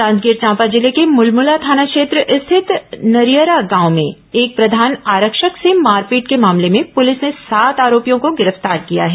जांजगीर चांपा जिले के मुलमुला थाना क्षेत्र स्थित नरियरा गांव में एक प्रधान आरक्षक से मारपीट के मामले में पुलिस ने सात आरोपियों को गिरफ्तार किया है